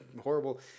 horrible